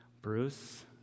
Bruce